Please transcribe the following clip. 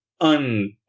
un